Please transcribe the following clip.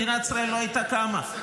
מדינת ישראל לא הייתה קמה.